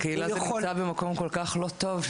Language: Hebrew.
בקהילה זה נמצא במקום כל כך לא טוב,